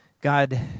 God